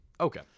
Okay